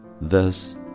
thus